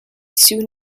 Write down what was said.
soon